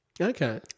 Okay